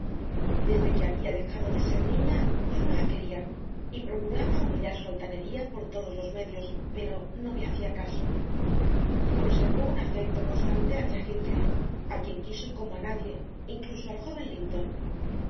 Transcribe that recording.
desde que había dejado de ser niña yo no la quería y procuraba humillar su altanería por todos los medios pero no me hacía caso conservó un afecto constante hacia heathcliff a quien quiso como a nadie incluso al joven linton